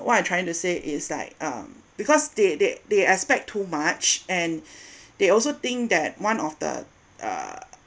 what I'm trying to say is like um because they they they expect too much and they also think that one of the uh